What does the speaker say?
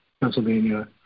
Pennsylvania